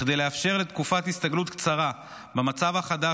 כדי לאפשר תקופת הסתגלות קצרה למצב החדש